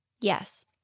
Yes